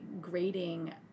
grading